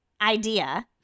idea